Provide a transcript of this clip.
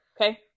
okay